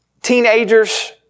teenagers